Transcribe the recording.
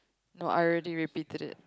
no I already repeated it